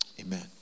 amen